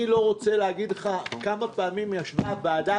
אני לא רוצה להגיד לך כמה פעמים ישבה הוועדה